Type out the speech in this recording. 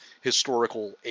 historical